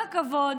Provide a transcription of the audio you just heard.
אז עם כל הכבוד,